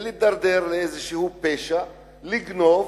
להידרדר לפשע, לגנוב,